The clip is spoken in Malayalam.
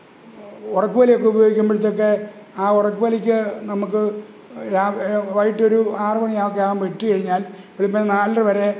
ഉടക്കുവലയൊക്കെ ഉപയോഗിക്കുമ്പോഴത്തേക്ക് ആ ഉടക്കുവലയ്ക്ക് നമ്മൾക്ക് വൈകിട്ടൊരു ആറുമണി ഒക്കെ ആകുമ്പോൾ ഇട്ടുകഴിഞ്ഞാല് ഒരു പിന്നെ നാലരവരെ